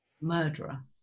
murderer